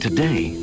Today